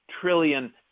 trillion